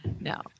No